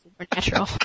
Supernatural